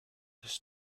this